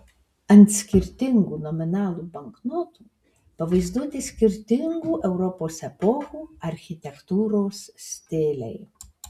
ant skirtingų nominalų banknotų pavaizduoti skirtingų europos epochų architektūros stiliai